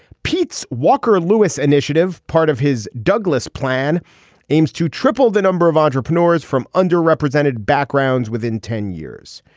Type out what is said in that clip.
pete's walker lewis initiative part of his douglas plan aims to triple the number of entrepreneurs from underrepresented backgrounds within ten years.